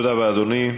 תודה רבה, אדוני.